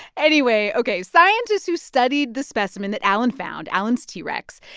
anyway ok. scientists who studied the specimen that alan found, alan's t. rex,